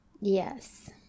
Yes